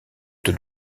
taux